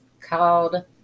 called